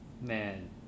Man